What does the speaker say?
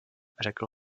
řekl